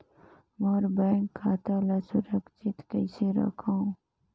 मोर bank खाता ला सुरक्षित कइसे रखव?